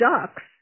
ducks